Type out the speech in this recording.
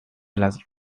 las